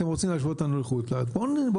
אתם רוצים להשוות אותנו לחוץ לארץ?